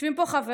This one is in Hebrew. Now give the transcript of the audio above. יושבים פה חבריי.